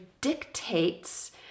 dictates